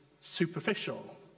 superficial